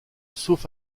sauf